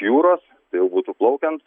jūros tai jau būtų plaukiant